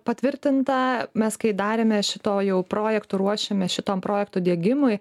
patvirtintą mes kai darėme šito jau projekto ruošėmės šitam projekto diegimui